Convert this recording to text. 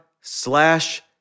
slash